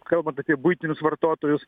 kalbant apie buitinius vartotojus